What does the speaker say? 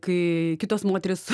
kai kitos moterys